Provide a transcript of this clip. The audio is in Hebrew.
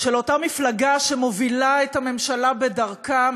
של אותה מפלגה שמובילה את הממשלה בדרכה,